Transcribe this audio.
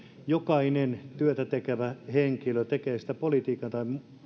jokainen työtä tekevä henkilö teki sitten politiikkaa tai